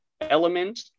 element